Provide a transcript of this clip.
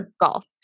golf